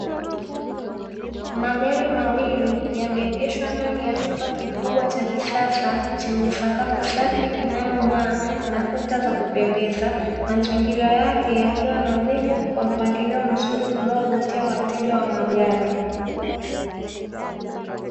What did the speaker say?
Magari mawili yameegeshwa ndani ya chumba kikubwa cha kisasa, chenye sakafu safi inayong'aa na kuta za kupendeza. Mazingira yake yakiwa nadhifu kwa mpangilio mzuri unaovutia wateja wa magari.